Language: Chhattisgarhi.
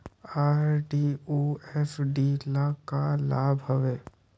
आर.डी अऊ एफ.डी ल का लाभ हवे?